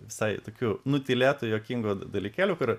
visai tokių nutylėtų juokingų dalykėlių kur